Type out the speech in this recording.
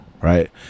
right